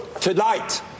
tonight